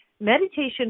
Meditation